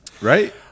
right